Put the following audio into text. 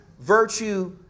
virtue